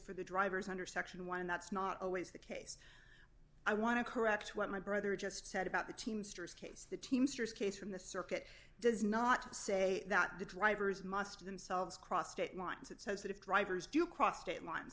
for the drivers under section one and that's not always the case i want to correct what my brother just said about the teamsters case the teamsters case from the circuit does not say that the drivers must themselves cross state lines it says that if drivers do cross state lines